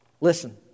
Listen